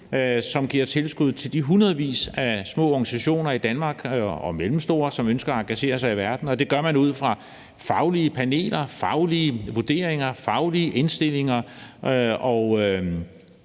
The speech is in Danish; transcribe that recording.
som giver tilskud til de hundredvis af små og mellemstore organisationer i Danmark, som ønsker at engagere sig i verden, og det gør man ud fra faglige paneler, faglige vurderinger, faglige indstillinger og